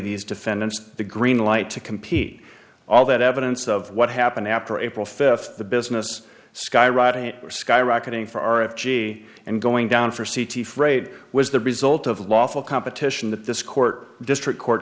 these defendants the green light to compete all that evidence of what happened after april fifth the business skywriting were skyrocketing for our s g and going down for c t freight was the result of lawful competition that this court district court